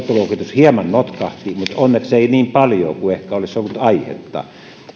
hieman notkahti mutta onneksi ei niin paljon kuin ehkä olisi ollut aihetta